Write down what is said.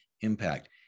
impact